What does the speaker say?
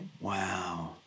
Wow